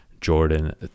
jordan